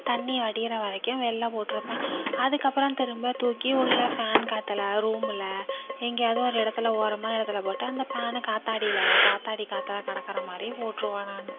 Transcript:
தண்ணி வடிகிற வரைக்கும் வெளில போட்டிருப்பேன் அதுக்கப்புறம் திரும்ப தூக்கி உள்ள ஃபேன் காத்தில் ரூம்முல எங்கையாவது ஒரு இடத்துல ஓரமாக இடத்துல போட்டால் அந்த ஃபேன் காத்தாடியில் காற்றாடி காத்தா கடக்கிற மாதிரி போட்டிருவேன் நான்